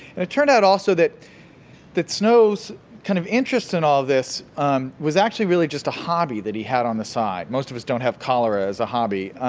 it turned out, also, that that snow's kind of interest in all this was actually just a hobby that he had on the side. most of us don't have cholera as a hobby,